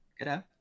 Good